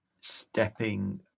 stepping